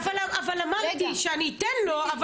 אבל אמרתי שאני אתן לו.